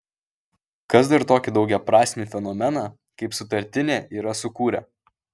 kas dar tokį daugiaprasmį fenomeną kaip sutartinė yra sukūrę